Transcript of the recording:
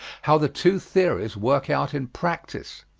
how the two theories work out in practise.